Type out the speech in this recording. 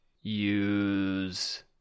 use